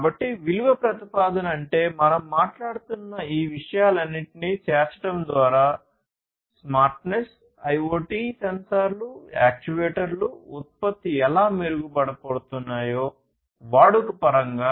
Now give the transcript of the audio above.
కాబట్టి విలువ ప్రతిపాదన అంటే మనం మాట్లాడుతున్న ఈ విషయాలన్నింటినీ చేర్చడం ద్వారా స్మార్ట్నెస్ ఐయోటి సెన్సార్లు యాక్యుయేటర్లు ఉత్పత్తి ఎలా మెరుగుపడబోతున్నాయో వాడుక పరంగా